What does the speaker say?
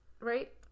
Right